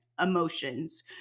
emotions